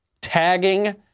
tagging